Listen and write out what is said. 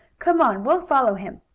come on, we'll follow him!